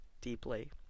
deeply